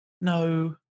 no